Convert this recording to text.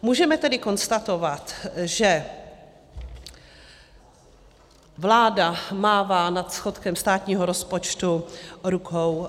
Můžeme tedy konstatovat, že vláda mává nad schodkem státního rozpočtu rukou.